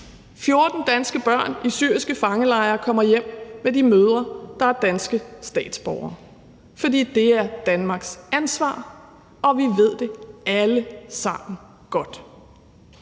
14 danske børn i syriske fangelejre kommer hjem med de mødre, der er danske statsborgere, fordi det er Danmarks ansvar, og vi ved det alle sammen godt.